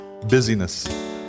busyness